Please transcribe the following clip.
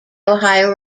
ohio